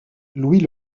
louis